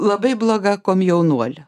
labai bloga komjaunuolė